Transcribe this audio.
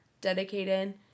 dedicated